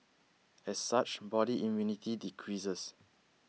as such body immunity decreases